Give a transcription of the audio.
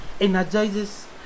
energizes